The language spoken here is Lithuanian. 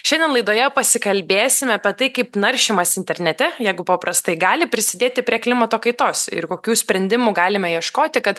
šiandien laidoje pasikalbėsime apie tai kaip naršymas internete jeigu paprastai gali prisidėti prie klimato kaitos ir kokių sprendimų galime ieškoti kad